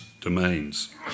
domains